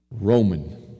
Roman